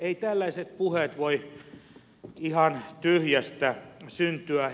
eivät tällaiset puheet voi ihan tyhjästä syntyä